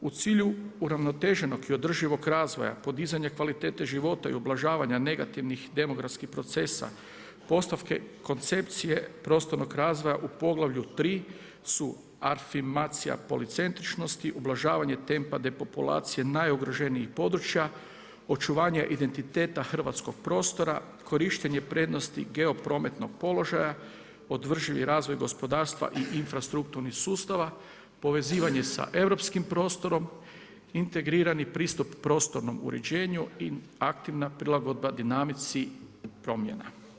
U cilju uravnoteženog i održivog razvoja, podizanja kvalitete života i ublažavanja negativnih demografskih procesa, postavke koncepcije prostornog razvoja u poglavlju 3 su afirmacija policentričnosti, ublažavanje tempa depopulacije najugroženijih područja, očuvanje identiteta hrvatskog prostora, korištenje prednosti geoprometnog položaja, održivi razvoj gospodarstva i infrastrukturnih sustava, povezivanje sa europskim prostorom, integrirani pristup prostornom uređenju i aktivna prilagodba dinamici promjena.